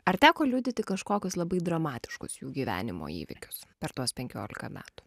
ar teko liudyti kažkokius labai dramatiškus jų gyvenimo įvykius per tuos penkiolika metų